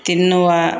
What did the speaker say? ತಿನ್ನುವ